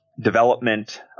development